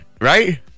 right